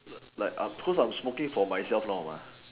like I'm cause I am smoking for myself now mah